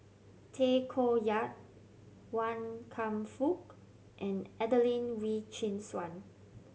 Tay Koh Yat Wan Kam Fook and Adelene Wee Chin Suan